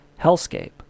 hellscape